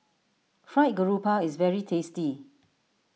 Fried Garoupa is very tasty